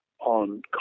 On